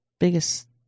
biggest